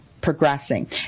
Progressing